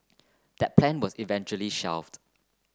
that plan was eventually shelved